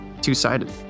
two-sided